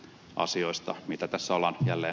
asioista mitä kassalla niille